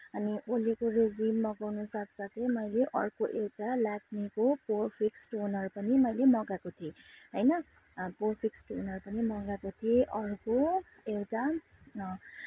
अनि ओलेको रेजिमेन मगाउन साथ साथै मैले अर्को एउटा लेक्मीको पोर फिक्स टोनर पनि मैले मँगाएको थिएँ होइन पोर फिक्स टोनर पनि मँगाएको थिएँ अर्को एउटा